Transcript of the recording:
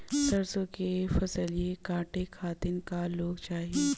सरसो के फसलिया कांटे खातिन क लोग चाहिए?